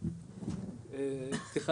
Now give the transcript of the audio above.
אחרי